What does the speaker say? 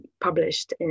published